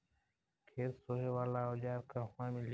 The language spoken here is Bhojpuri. खेत सोहे वाला औज़ार कहवा मिली?